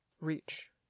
reach